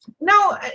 no